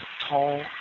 tall